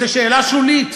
איזו שאלה שולית.